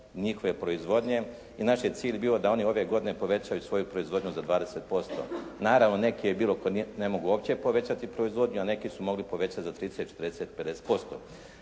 njihove proizvodnje i naš je cilj bio da oni ove godine povećaju svoju proizvodnju za 20%. Naravno neki je bilo koji ne mogu uopće povećati proizvodnju, a neki su mogli povećati za 30, 40, 50%.